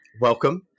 welcome